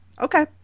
Okay